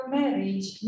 marriage